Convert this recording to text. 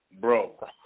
bro